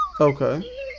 Okay